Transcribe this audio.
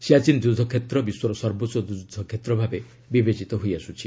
ସିଆଚୀନ୍ ଯୁଦ୍ଧକ୍ଷେତ୍ର ବିଶ୍ୱର ସର୍ବୋଚ୍ଚ ଯୁଦ୍ଧକ୍ଷେତ୍ର ଭାବେ ବିବେଚିତ ହୋଇଆସୁଛି